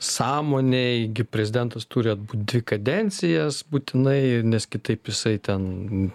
sąmonei gi prezidentas turi atbūt dvi kadencijas būtinai nes kitaip jisai ten